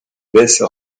baisse